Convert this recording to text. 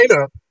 up